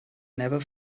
never